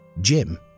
Jim